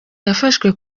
yafashwe